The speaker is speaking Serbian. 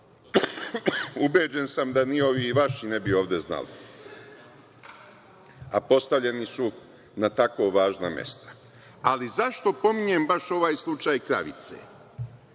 Ubeđen sam da ni ovi vaši ne bi ovde znali, a postavljeni su na tako važna mesta.Zašto pominjem baš ovaj slučaj „Kravice“?